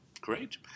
Great